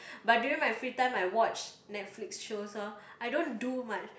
but during my free time I watch Netflix shows loh I don't do much